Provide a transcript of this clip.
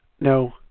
no